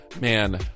Man